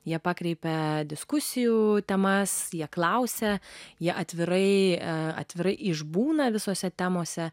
jie pakreipia diskusijų temas jie klausia jie atvirai atvirai išbūna visose temose